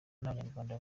n’abanyarwanda